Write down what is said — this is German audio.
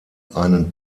einen